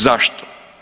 Zašto?